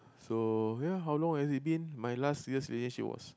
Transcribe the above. so ya how long has it been my last serious relationship was